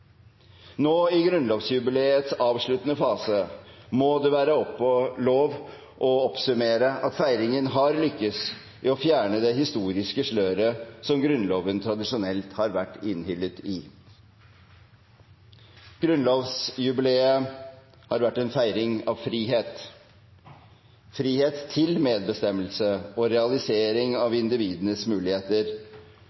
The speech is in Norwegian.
Nå i grunnlovsjubileets avsluttende fase må det være lov å oppsummere at feiringen har lyktes i å fjerne det historiske sløret som Grunnloven tradisjonelt har vært innhyllet i. Grunnlovsjubileet har vært en feiring av frihet; frihet til medbestemmelse og realisering av